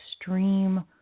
extreme